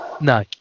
No